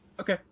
Okay